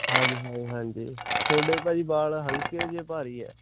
ਹਾਂਜੀ ਹਾਂਜੀ ਹਾਂਜੀ ਥੋਡੇ ਭਾਅ ਜੀ ਬਾਲ ਹਲਕੇ ਕਿ ਭਾਰੀ ਹੈ